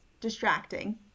distracting